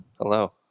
Hello